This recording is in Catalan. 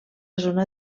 zona